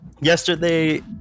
Yesterday